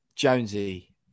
Jonesy